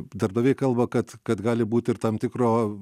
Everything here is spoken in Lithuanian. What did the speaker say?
darbdaviai kalba kad kad gali būt ir tam tikro